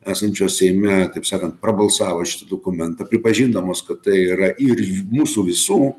esančios seime taip sakant prabalsavo šitą dokumentą pripažindamos kad tai yra ir jūsų visų